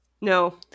No